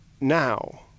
now